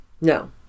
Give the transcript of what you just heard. No